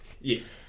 yes